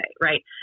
right